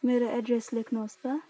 मेरो एड्रेस लेख्नु होस् त